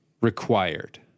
required